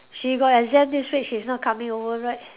she got exam this week she's not coming over right